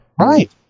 Right